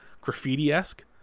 graffiti-esque